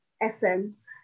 essence